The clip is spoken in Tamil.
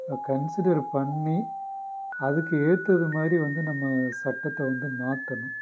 கன்சிடர் பண்ணி அதுக்கு ஏற்றது மாதிரி வந்து நம்ம சட்டத்தை வந்து மாற்றணும்